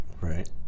Right